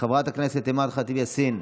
חברת הכנסת אימאן ח'טיב יאסין,